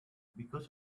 because